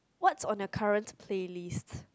what's on the current playlist